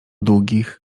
długich